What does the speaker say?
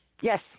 Yes